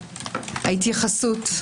ההתייחסות,